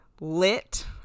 lit